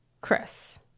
Chris